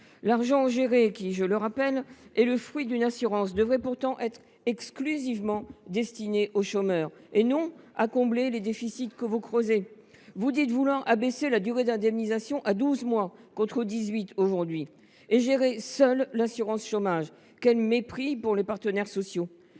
L’argent géré, qui, je le rappelle, est le fruit de cotisations d’assurance, devrait pourtant être exclusivement destiné aux chômeurs, et non à combler les déficits que vous creusez. Vous dites vouloir abaisser la durée d’indemnisation à douze mois, contre dix huit actuellement, et laisser l’État gérer seul l’assurance chômage. Quel mépris pour les partenaires sociaux !